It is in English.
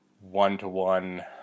one-to-one